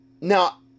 now